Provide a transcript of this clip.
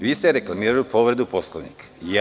Vi ste reklamirali povredu Poslovnika.